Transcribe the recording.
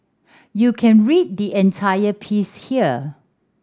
you can read the entire piece here